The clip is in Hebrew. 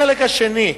החלק השני,